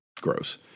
gross